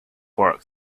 work